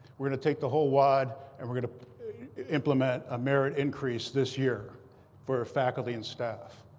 we're going to take the whole wad and we're going to implement a merit increase this year for faculty and staff.